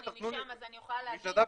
אני משם אז אני יכולה להגיד,